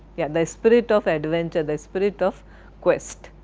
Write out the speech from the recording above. yeah the spirit of adventure, the spirit of quest.